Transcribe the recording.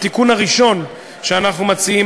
התיקון הראשון שאנחנו מציעים,